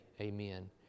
amen